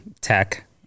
tech